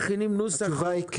שמעגן את מעמד ה- -- התשובה היא כן.